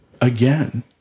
again